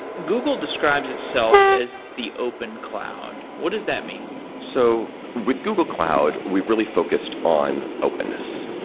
google describes itself as the open cloud. what does that mean? so with google cloud, we've really focused on openness.